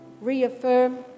reaffirm